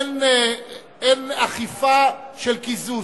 אין אכיפה של קיזוז.